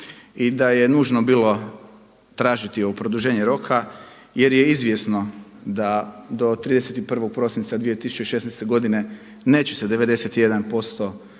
i da je nužno bilo tražiti ovo produženje roka jer je izvjesno da do 31. prosinca 2016. godine neće se 91%,